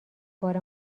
بار